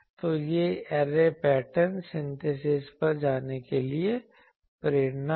तो यह array pattern synthesis पर जाने के लिए प्रेरणा है